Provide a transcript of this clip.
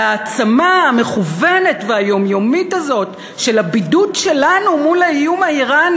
וההעצמה המכוונת והיומיומית הזאת של הבידוד שלנו מול האיום האיראני,